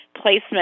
placement